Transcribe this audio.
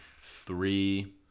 Three